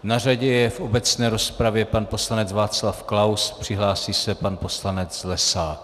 Na řadě je v obecné rozpravě pan poslanec Václav Klaus, přihlásí se pan poslanec Zlesák.